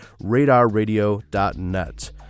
RadarRadio.net